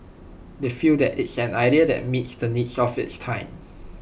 they feel that it's an idea that meets the needs of its time